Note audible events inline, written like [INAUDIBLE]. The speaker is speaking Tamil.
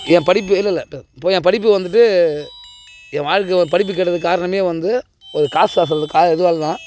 என் படிப்பு இல்லை இல்லை இப்போ இப்போது என் படிப்பு வந்துவிட்டு என் வாழ்க்கையில் படிப்பு கெட்டதுக்கு காரணமே வந்து ஒரு காசு [UNINTELLIGIBLE] இதுவால் தான்